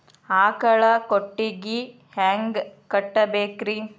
ಆಕಳ ಕೊಟ್ಟಿಗಿ ಹ್ಯಾಂಗ್ ಕಟ್ಟಬೇಕ್ರಿ?